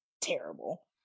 terrible